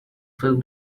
film